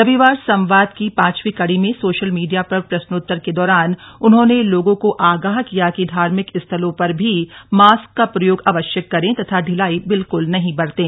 रविवार संवाद की पांचवीं कड़ी में सोशल मीडिया पर प्रश्नोत्तर के दौरान उन्होंने लोगों को आगाह किया कि धार्मिक स्थलों पर भी मास्क का प्रयोग अवश्य करें तथा ढिलाई बिल्कुल नहीं बरतें